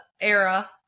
era